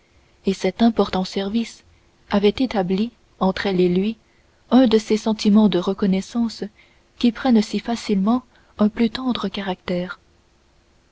et cet important service avait établi entre elle et lui un de ces sentiments de reconnaissance qui prennent si facilement un plus tendre caractère